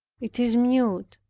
it is mute,